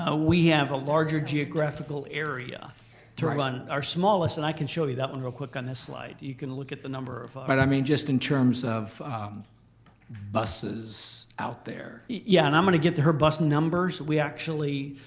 ah we have a larger geographical area to run our smallest and i can show you that one real quick on this slide. you can look at the number of but i mean just in terms of buses out there. yeah, and i'm going to get to her bus numbers.